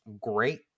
great